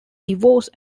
divorce